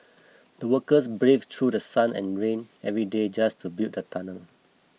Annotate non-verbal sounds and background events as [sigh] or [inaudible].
the workers [noise] braved through The Sun and rain every day just to build the tunnel